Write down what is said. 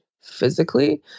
physically